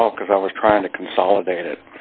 well because i was trying to consolidate